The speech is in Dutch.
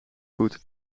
voet